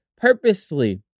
purposely